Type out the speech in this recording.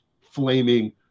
flaming